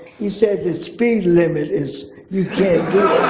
he said the speed limit is you can't